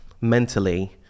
mentally